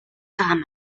cámara